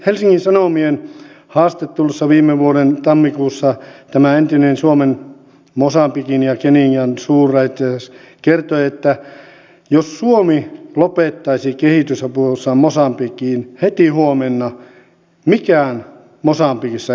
helsingin sanomien haastattelussa viime vuoden tammikuussa tämä entinen suomen mosambikin ja kenian suurlähettiläs kertoi että jos suomi lopettaisi kehitysapunsa mosambikiin heti huomenna mikään mosambikissa ei muuttuisi